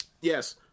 yes